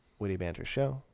wittybantershow